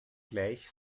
gleich